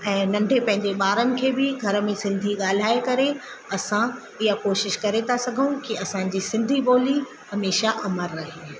ऐं नंढे पंहिंजे ॿारनि खे बि घर में सिंधी ॻाल्हाए करे असां इहा कोशिश करे ता सघूं की असांजी सिंधी ॿोली हमेशह अमरु रहे